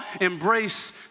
embrace